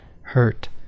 hurt